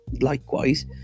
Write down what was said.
Likewise